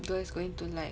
girl's going to like